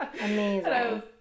Amazing